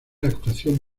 actuación